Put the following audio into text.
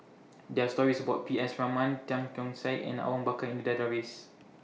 There Are stories about P S Raman Tan Keong Saik and Awang Bakar in The Database